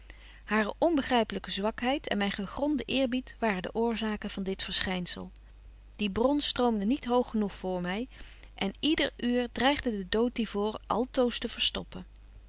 hare onbegrypelyke zwakheid en myn gegronde eerbied waren de oorzaken van dit verschynsel die bron stroomde niet hoog genoeg voor my en yder uur dreigde de dood die voor altoos te verstoppen